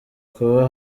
kuba